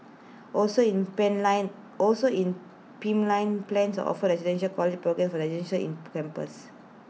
also in pipeline also in pipeline plans are offer the residential college programmes for residences in campus